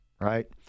right